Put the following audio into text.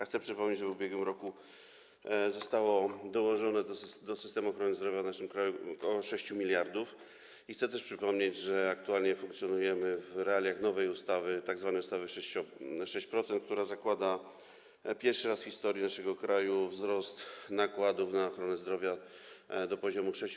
Chcę przypomnieć, że w ubiegłym roku zostało dołożone do systemu ochrony zdrowia w naszym kraju ok. 6 mld, i chcę też przypomnieć, że aktualnie funkcjonujemy w realiach nowej ustawy, tzw. ustawy 6%, która zakłada, pierwszy raz w historii naszego kraju, wzrost nakładów na ochronę zdrowia do poziomu 6%